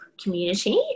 community